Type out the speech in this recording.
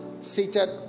seated